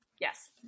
Yes